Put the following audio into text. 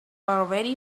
already